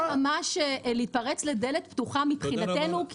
אני אומר שזה ממש להתפרץ לדלת פתוחה מבחינתנו.